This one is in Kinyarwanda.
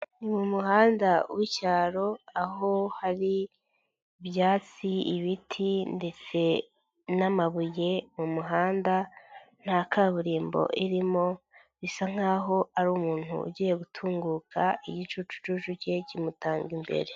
Ni mu muhanda w'icyaro aho hari ibyatsi, ibiti ndetse n'amabuye mu muhanda, nta kaburimbo irimo bisa nk'aho ari umuntu ugiye gutunguka igicucuju cye kimutanga imbere.